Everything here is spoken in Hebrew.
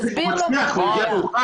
תסביר לו ------ בועז,